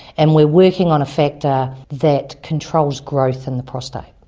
and we're working on a factor that controls growth in the prostate.